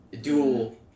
dual